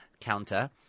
counter